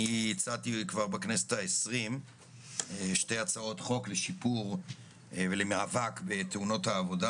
הצעתי כבר בכנסת העשרים שתי הצעות חוק למאבק בתאונות העבודה,